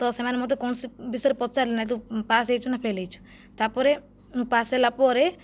ତ ସେମାନେ ମୋତେ କୌଣସି ବିଷୟରେ ପଚାରିଲେ ନାହିଁ ତୁ ପାସ୍ ହୋଇଛୁ ନା ଫେଲ୍ ହୋଇଛୁ ତା'ପରେ ମୁଁ ପାସ୍ ହେଲା ପରେ